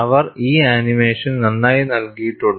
അവർ ഈ ആനിമേഷൻ നന്നായി നൽകിയിട്ടുണ്ട്